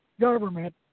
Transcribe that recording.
government